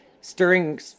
stirring